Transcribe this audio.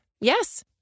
Yes